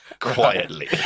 Quietly